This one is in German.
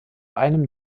einem